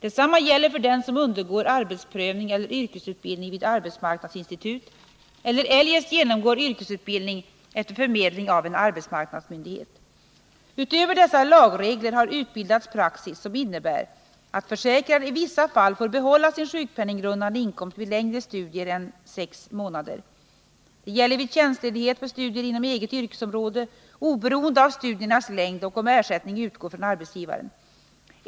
Detsamma gäller för den som undergår arbetsprövning eller yrkesutbildning vid arbetsmarknadsinstitut eller eljest genomgår yrkesutbildning efter förmedling av en arbetsmarknadsmyndighet. Utöver dessa lagregler har utbildats praxis som innebär att försäkrad i vissa fall får behålla sin sjukpenninggrundande inkomst vid längre studier än sex månader. Det gäller vid tjänstledighet för studier inom eget yrkesområde oberoende av studiernas längd och om ersättning utgår från arbetsgivaren.